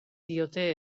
diote